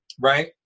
Right